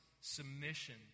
submission